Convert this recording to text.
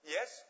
Yes